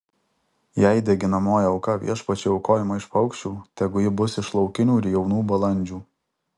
jei deginamoji auka viešpačiui aukojama iš paukščių tegu ji bus iš laukinių ir jaunų balandžių